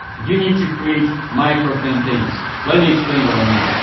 you need to create micro-campaigns. let me explain what i mean.